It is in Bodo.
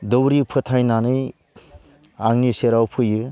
दौरि फोथायनानै आंनि सेराव फैयो